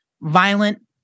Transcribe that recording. violent